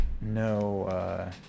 no